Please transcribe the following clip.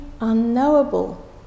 unknowable